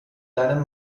deine